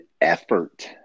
effort